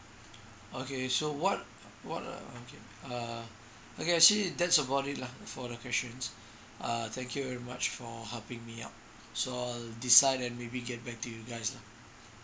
okay so what what uh okay uh okay actually that's about it lah for the questions uh thank you very much for helping me out so I'll decide and maybe get back to you guys lah